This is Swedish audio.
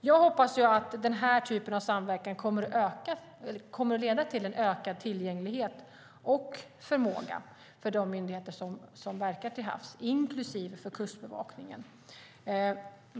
Jag hoppas att den här typen av samverkan kommer att leda till en ökad tillgänglighet och förmåga för de myndigheter som verkar till havs, inklusive Kustbevakningen.